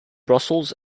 brussels